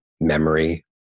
memory